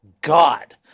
God